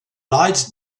lights